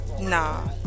nah